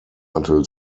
until